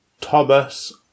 Thomas